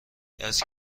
است